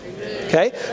Okay